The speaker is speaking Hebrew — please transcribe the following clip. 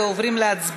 ואנחנו עוברים להצבעה.